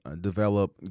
develop